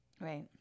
Right